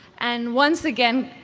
and once again,